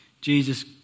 Jesus